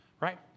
right